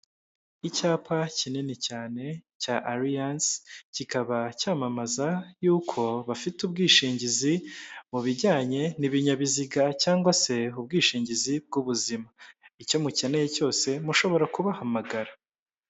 Icyapa kinini cyane, cya Allianz, kikaba cyamamaza yuko bafite ubwishingizi mu bijyanye n'ibinyabiziga cyangwa se ubwishingizi bw'ubuzima, icyo mukeneye cyose mushobora kubahamagara.